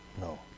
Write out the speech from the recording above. No